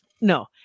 No